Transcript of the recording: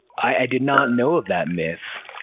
i did not know of that myth,